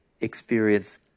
experience